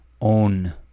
Own